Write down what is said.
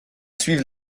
suivent